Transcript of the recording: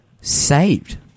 saved